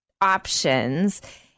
options